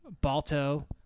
balto